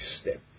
step